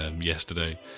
yesterday